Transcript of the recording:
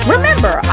Remember